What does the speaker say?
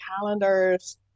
calendars